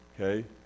Okay